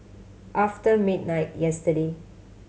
after midnight yesterday